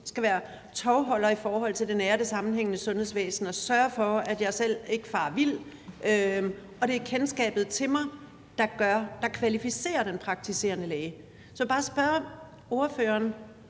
skal være tovholder i forhold til det nære og det sammenhængende sundhedsvæsen og sørge for, at jeg ikke selv farer vild, og det er kendskabet til mig, der kvalificerer den praktiserende læge. Så jeg vil bare spørge ordføreren,